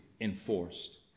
Enforced